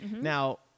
Now